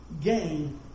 gain